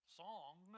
song